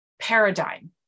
Paradigm